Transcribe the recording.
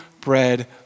bread